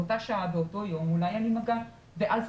באותה שעה ובאותו יום ואולי היה לו מגע עם החולה.